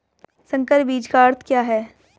संकर बीज का अर्थ क्या है?